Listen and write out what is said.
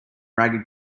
ragged